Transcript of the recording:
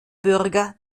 bürger